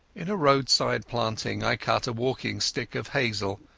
in a roadside planting i cut a walking-stick of hazel,